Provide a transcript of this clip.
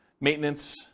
maintenance